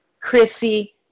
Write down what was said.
Chrissy